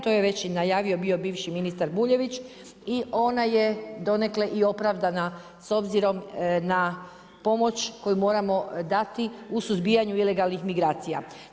To je već i najavio bio bivši ministar Buljević i ona je donekle i opravdana s obzirom na pomoć koju moramo dati u suzbijanju ilegalnih migracija.